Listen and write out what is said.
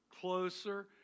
closer